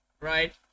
right